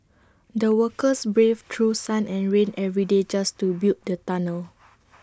the workers braved through sun and rain every day just to build the tunnel